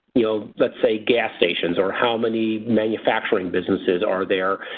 you know, let's say gas stations or how many manufacturing businesses are there.